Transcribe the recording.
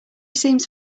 seems